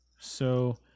So-